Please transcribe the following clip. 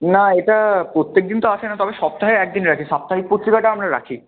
না এটা প্রত্যেকদিন তো আসে না তবে সপ্তাহে এক দিন রাখি সাপ্তাহিক পত্রিকাটা আমরা রাখি